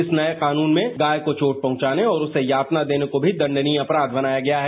इस नए कानून में गाय को चोट पहुंचाने और यातना देने को भी दंडनीय अपराध बनाया गया है